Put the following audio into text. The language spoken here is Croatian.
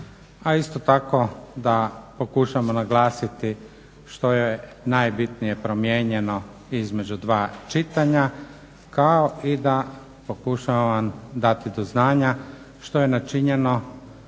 A isto tako da pokušamo naglasiti što je najbitnije promijenjeno između dva čitanja, kao i da pokušavam vam dati do znanja što je načinjeno